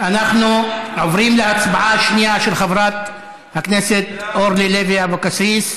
אנחנו עוברים להצבעה שנייה על ההצעה של חברת הכנסת אורלי לוי אבקסיס,